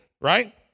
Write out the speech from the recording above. right